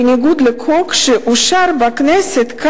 בניגוד לחוק שאושר בכנסת,